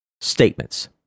statements